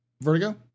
Vertigo